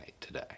today